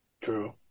True